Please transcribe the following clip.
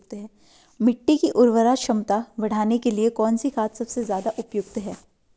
मिट्टी की उर्वरा क्षमता बढ़ाने के लिए कौन सी खाद सबसे ज़्यादा उपयुक्त है?